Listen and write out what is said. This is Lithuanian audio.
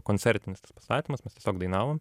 koncertinis tas pastatymas mes tiesiog dainavom